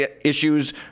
issues